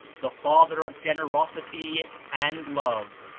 the father of generosity and love!